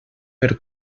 per